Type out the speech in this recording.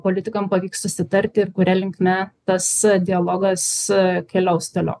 politikam pavyks susitarti ir kuria linkme tas dialogas e keliaus toliau